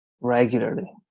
regularly